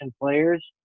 players